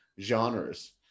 genres